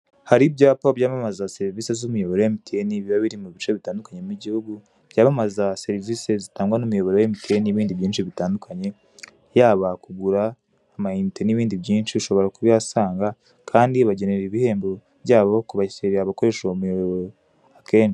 Hari ibyapa byamamaza serivise z'imiyoboro MTN biba biri mu bice bitandukanye by gihugu byamamaza serivisi zitangwa n'umuyoboro wa MTN n'ibindi byinshi bitandukanye, yaba kugura amayinite n'ibindi byinshi, ushobora kubihasanga kandi bagenera ibihembo byabo ku bakiriya bakoresha uwo muyoboro akenshi.